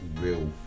real